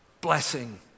blessing